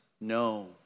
No